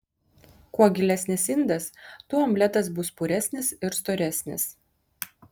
kuo gilesnis indas tuo omletas bus puresnis ir storesnis